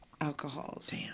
alcohols